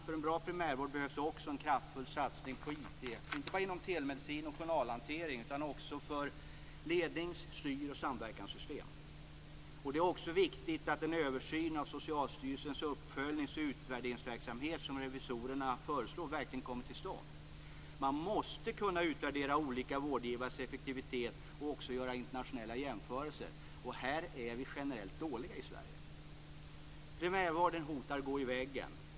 För en bra primärvård behövs det också en kraftfull satsning på IT, inte bara inom telemedicin och journalhantering, utan också för lednings-, styr och samverkanssystem. Det är också viktigt att den översyn av Socialstyrelsens uppföljnings och utvärderingsverksamhet som revisorerna föreslår verkligen kommer till stånd. Man måste kunna utvärdera olika vårdgivares effektivitet och även göra internationella jämförelser. Här är vi generellt dåliga i Sverige. Primärvården hotar gå i väggen.